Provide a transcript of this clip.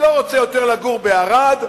אני לא רוצה יותר לגור בערד,